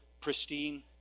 pristine